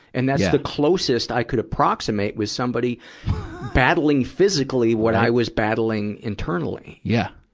and that's the closest i could approximate with somebody battling physically what i was battling internally. yeah.